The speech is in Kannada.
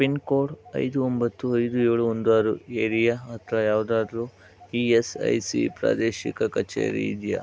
ಪಿನ್ ಕೋಡ್ ಐದು ಒಂಬತ್ತು ಐದು ಏಳು ಒಂದು ಆರು ಏರಿಯಾ ಹತ್ತಿರ ಯಾವುದಾದ್ರು ಇ ಎಸ್ ಐ ಸಿ ಪ್ರಾದೇಶಿಕ ಕಚೇರಿ ಇದೆಯಾ